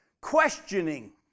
questioning